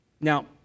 Now